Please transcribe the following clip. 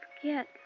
forget